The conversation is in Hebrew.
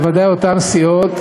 ובוודאי אותן סיעות,